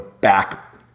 back